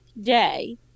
day